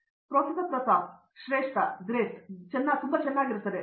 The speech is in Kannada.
ಪ್ರತಾಪ್ ಹರಿಡೋಸ್ ಶ್ರೇಷ್ಠ ದೊಡ್ಡದು ಅದು ತುಂಬಾ ಚೆನ್ನಾಗಿರುತ್ತದೆ